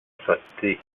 sentí